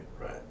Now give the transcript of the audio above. right